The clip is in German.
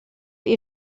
sie